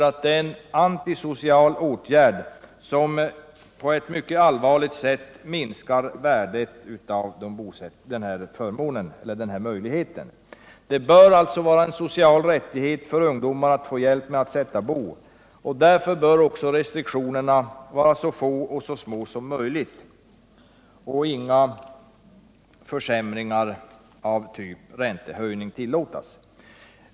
Det är en antisocial åtgärd, som på ett mycket allvarligt sätt minskar värdet av möjligheten att låna. Det bör vara en social rättighet för ungdomar att få hjälp med att sätta bo, och därför bör friktionerna vara så få och så små som möjligt och inga försämringar av typ räntehöjning tillåtas.